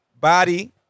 body